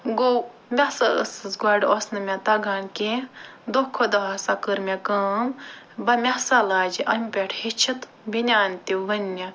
گوٚو بہٕ ہسا ٲسٕس گۄڈٕ اوس نہٕ مےٚ تگان کیٚنٛہہ دۄہ کھۄت دۄہ ہسا کٔر مےٚ کٲم مےٚ ہسا لاجہِ اَمہِ پٮ۪ٹھ ہیٚچھِتھ بنیان تہِ وُنہِ